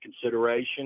consideration